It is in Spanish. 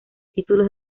títulos